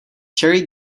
cherry